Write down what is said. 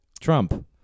Trump